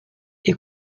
est